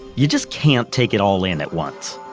you just can't take it all in at once.